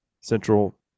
central